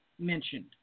mentioned